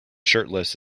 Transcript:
shirtless